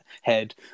head